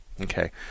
Okay